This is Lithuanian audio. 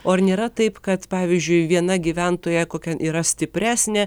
o ar nėra taip kad pavyzdžiui viena gyventoja kokia yra stipresnė